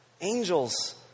Angels